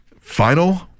Final